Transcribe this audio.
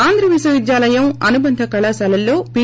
ఆంధ్రవిశ్వవిద్యాలయం అనుబంధ కళాశాలల్లో పీ